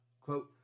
quote